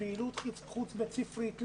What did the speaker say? פעילות חוץ בית ספרית.